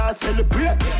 celebrate